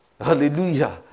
Hallelujah